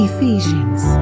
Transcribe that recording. Ephesians